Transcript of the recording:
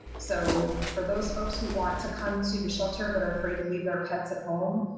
so for those folks who want to come to the shelter but are afraid to leave their pets at home,